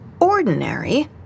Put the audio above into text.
Ordinary